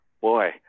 boy